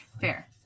fair